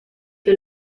que